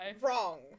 Wrong